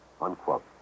Unquote